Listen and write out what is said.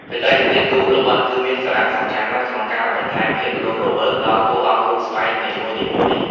បច្ចេកទេសគូរលម្អិត គឺមានសារៈសំខាន់ណាស់ក្នុងការបន្ថែមភាពរស់រវើកដល់តួអង្គរូបស្បែកនីមួយៗ។